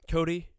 Cody